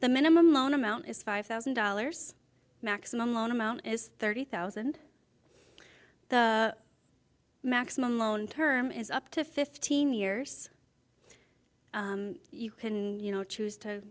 the minimum loan amount is five thousand dollars maximum loan amount is thirty thousand the maximum loan term is up to fifteen years you can you know choose to